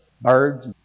birds